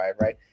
right